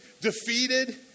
defeated